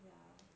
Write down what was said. ya